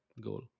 goal